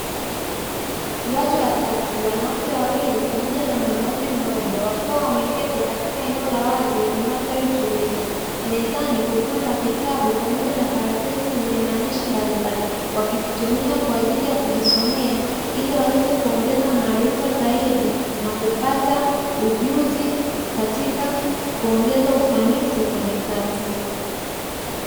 Watu watatu, wanawake wawili pamoja na mwanaume mmoja, wakiwa wameketi katika eneo la wazi lenye mandhari tulivu. Mezani kukiwa na vitabu pamoja na karatasi zenye maandishi mbalimbali, wakizitumia kwa ajili ya kujisomea, ili waweze kuongeza maarifa zaidi na kupata ujuzi katika kuongeza ufanisi kwenye kazi.